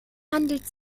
handelt